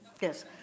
yes